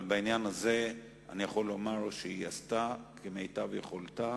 אבל בעניין הזה אני יכול לומר שהיא עשתה כמיטב יכולתה,